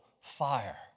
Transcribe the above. fire